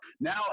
Now